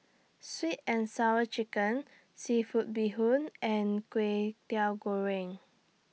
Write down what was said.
Sweet and Sour Chicken Seafood Bee Hoon and Kway Teow Goreng